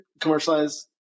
commercialize